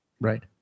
Right